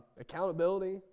accountability